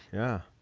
yeah.